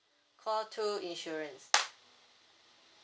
call two insurance